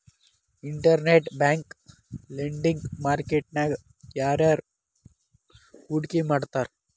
Internet bank lending market ನ್ಯಾಗ ಯಾರ್ಯಾರ್ ಹೂಡ್ಕಿ ಮಾಡ್ತಾರ?